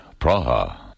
Praha